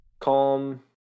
calm